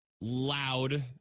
loud